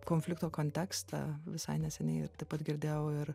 konflikto kontekstą visai neseniai taip pat girdėjau ir